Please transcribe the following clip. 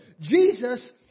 Jesus